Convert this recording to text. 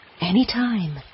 anytime